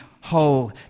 whole